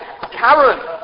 Karen